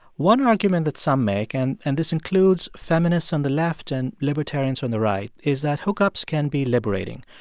one argument that some make, and and this includes feminists on the left and libertarians on the right, is that hookups can be liberating.